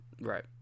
Right